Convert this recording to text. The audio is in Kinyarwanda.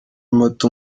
mata